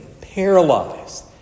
paralyzed